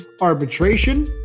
Arbitration